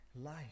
Life